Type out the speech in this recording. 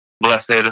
blessed